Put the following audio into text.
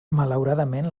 malauradament